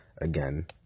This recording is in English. again